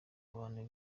abantu